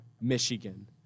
Michigan